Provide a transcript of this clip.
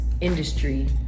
industry